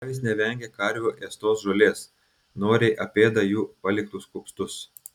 avys nevengia karvių ėstos žolės noriai apėda jų paliktus kupstus